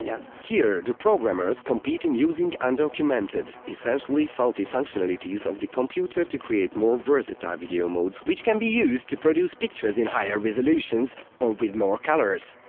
yeah here, the programmers compete in using undocumented, essentially faulty functionalities of the computer to create more versatile video modes which can be used to produce pictures in higher resolutions or with more colors.